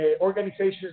organizations